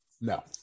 No